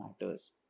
matters